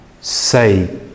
say